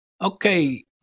Okay